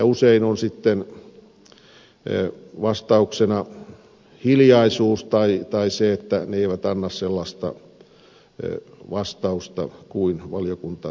usein on sitten vastauksena hiljaisuus tai se että ne tilastot eivät anna sellaista vastausta kuin valiokunta olisi halunnut